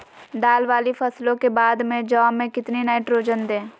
दाल वाली फसलों के बाद में जौ में कितनी नाइट्रोजन दें?